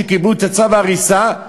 שקיבלו את צו ההריסה,